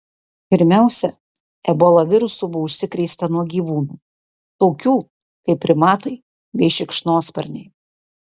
pirmiausia ebola virusu buvo užsikrėsta nuo gyvūnų tokių kaip primatai bei šikšnosparniai